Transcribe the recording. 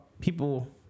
people